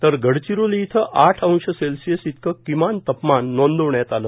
तर गडचिरोली इथं आठ अंश सेल्सिअस इतकं किमान तापमान नोंदवण्यात आलं